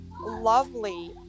lovely